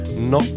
No